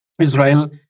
Israel